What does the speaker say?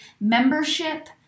membership